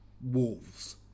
Wolves